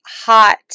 hot